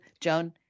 Joan